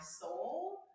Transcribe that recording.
soul